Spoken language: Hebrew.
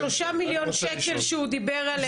השלושה מיליון שקל שהוא דיבר עליהם,